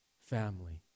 family